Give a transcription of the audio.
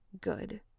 good